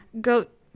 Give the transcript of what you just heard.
Goat